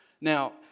Now